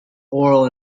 oral